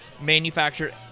manufactured